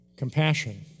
Compassion